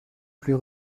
plus